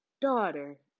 daughter